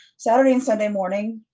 saturday and sunday morning,